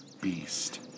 beast